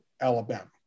Alabama